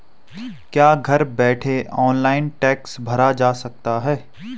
क्या घर बैठे ऑनलाइन टैक्स भरा जा सकता है?